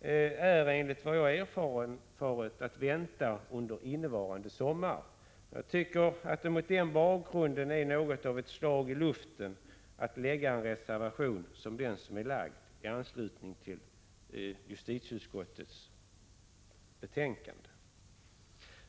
är enligt vad jag har erfarit att vänta under innevarande sommar. Jag tycker att det mot den bakgrunden är något av ett slag i luften att foga en reservation som denna till justitieutskottets betänkande.